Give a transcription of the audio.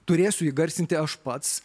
turėsiu įgarsinti aš pats